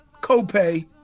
Copay